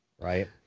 right